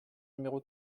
numéro